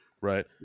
right